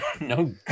no